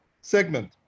segment